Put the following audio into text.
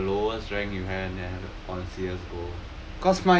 but that's like the lowest rank you have on C_S go